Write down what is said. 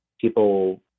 people